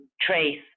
trace